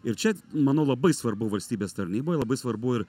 ir čia manau labai svarbu valstybės tarnyboje labai svarbu ir